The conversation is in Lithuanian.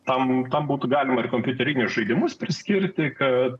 tą mums tą būtų galima ir kompiuterinius žaidimus priskirti kad